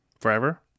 Forever